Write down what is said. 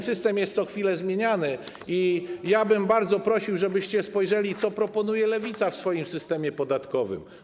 System jest co chwilę zmieniany i bardzo bym prosił, żebyście spojrzeli, co proponuje Lewica w swoim systemie podatkowym.